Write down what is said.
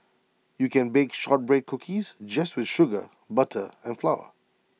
you can bake Shortbread Cookies just with sugar butter and flour